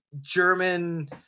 german